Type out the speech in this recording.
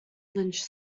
lynch